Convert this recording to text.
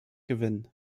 gewinnen